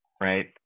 right